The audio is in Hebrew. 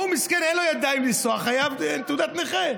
ההוא, מסכן, אין לו ידיים לנסוע, חייב תעודת נכה.